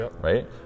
right